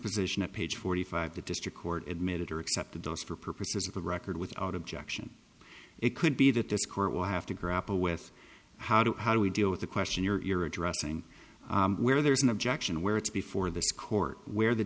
position at page forty five the district court admitted or accepted those for purposes of the record without objection it could be that this court will have to grapple with how to how do we deal with the question you're addressing where there's an objection where it's before this court where the